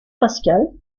pascal